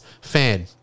Fan